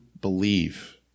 believe